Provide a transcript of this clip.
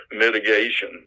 mitigation